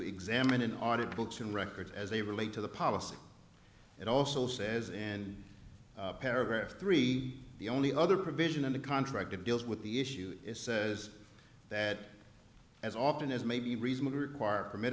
examine an audit books and records as they relate to the policy it also says and paragraph three the only other provision in the contract that deals with the issue says that as often as may be reason to require permit